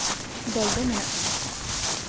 ᱫᱚᱞ ᱫᱚ ᱢᱮᱱᱟᱜ ᱠᱟᱜᱼᱟ